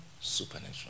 supernatural